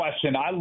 question